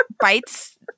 bites